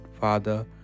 Father